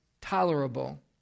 tolerable